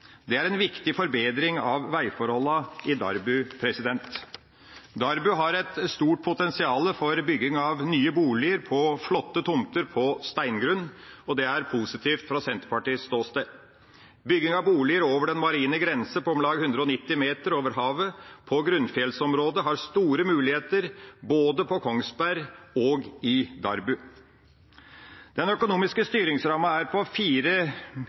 Det er en viktig forbedring av veiforholdene i Darbu. Darbu har et stort potensial for bygging av nye boliger på flotte tomter på steingrunn, noe som er positivt, sett fra Senterpartiets ståsted. Bygging av boliger over den marine grense på om lag 190 moh. på grunnfjellsområde har store muligheter, både på Kongsberg og i Darbu. Den økonomiske styringsrammen er på